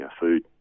food